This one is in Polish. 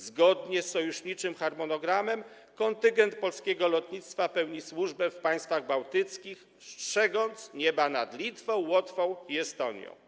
Zgodnie z sojuszniczym harmonogramem kontyngent polskiego lotnictwa pełni służbę w państwach bałtyckich, strzegąc nieba nad Litwą, Łotwą i Estonią.